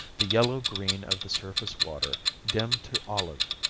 the yellow-green of the surface water dimmed to olive.